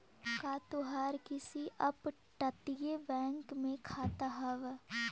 का तोहार किसी अपतटीय बैंक में खाता हाव